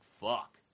fuck